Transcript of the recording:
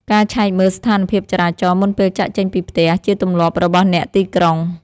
ការឆែកមើលស្ថានភាពចរាចរណ៍មុនពេលចាកចេញពីផ្ទះ ជាទម្លាប់របស់អ្នកទីក្រុង។